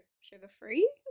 sugar-free